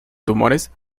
tumores